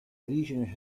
origine